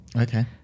Okay